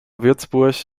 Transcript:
würzburg